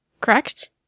correct